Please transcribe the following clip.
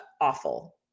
awful